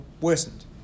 worsened